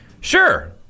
Sure